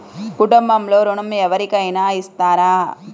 కుటుంబంలో ఋణం ఎవరికైనా ఇస్తారా?